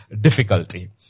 difficulty